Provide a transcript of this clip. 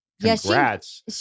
congrats